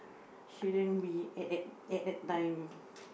shouldn't be at at at that time